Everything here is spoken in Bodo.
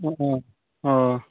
अ अ अ